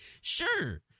Sure